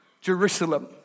Jerusalem